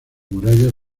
murallas